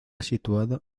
situada